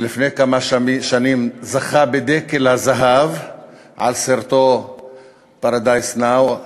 שלפני כמה שנים זכה ב"דקל הזהב" על סרטו "Paradise Now",